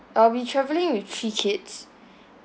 uh we travelling with three kids